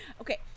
okay